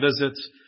visits